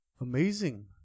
Amazing